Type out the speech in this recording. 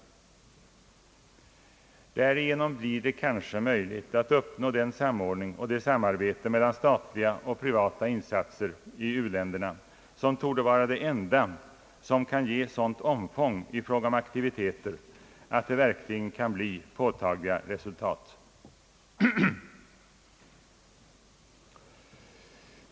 Därigenom blir det kanske möjligt att uppnå den samordning och det samarbete mellan statliga och privata insatser i u-länderna, som torde vara det enda som kan ge aktiviteterna sådant omfång att det verkligen blir påtagliga resultat.